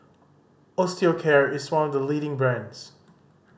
Osteocare is one of the leading brands